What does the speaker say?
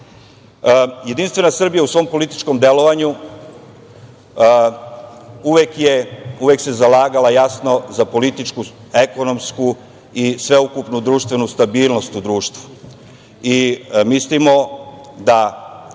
države. Jedinstvena Srbija u svom političkom delovanju uvek se jasno zalagala za političku ekonomsku i sveukupnu društvenu stabilnost u društvu.